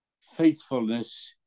faithfulness